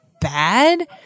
bad